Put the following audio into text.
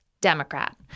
Democrat